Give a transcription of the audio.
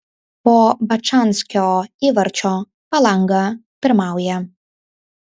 po bačanskio įvarčio palanga pirmauja